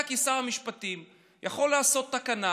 אתה כשר המשפטים יכול לעשות תקנה